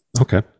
Okay